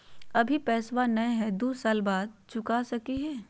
अभि पैसबा नय हय, दू साल बाद चुका सकी हय?